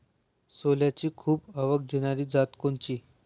सोल्याची खूप आवक देनारी जात कोनची?